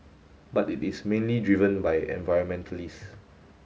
but it is mainly driven by environmentalists